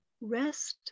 rest